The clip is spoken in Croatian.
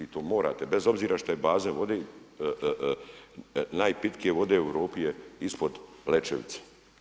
I to morate bez obzira što je baza vode, najpitkije u Europi je ispod Lečevice.